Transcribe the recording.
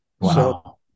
Wow